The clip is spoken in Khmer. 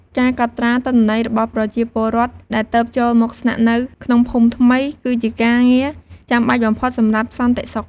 ការកត់ត្រា ទិន្នន័យរបស់ប្រជាពលរដ្ឋដែលទើបចូលមកស្នាក់នៅក្នុងភូមិថ្មី គឺជាការងារចាំបាច់បំផុតសម្រាប់សន្តិសុខ។